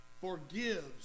forgives